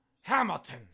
Hamilton